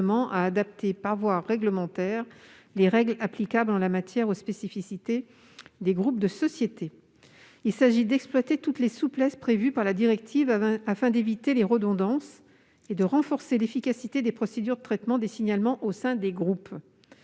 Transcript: à adapter, par voie réglementaire, les règles applicables en la matière aux spécificités des groupes de sociétés. Il s'agit d'exploiter toutes les souplesses prévues par la directive de 2019, afin d'éviter les redondances et de renforcer l'efficacité des procédures de traitement des signalements au sein des groupes.